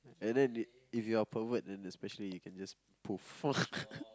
and then if if you are pervert you can specially you can just poof